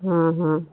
हाँ हाँ